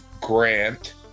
Grant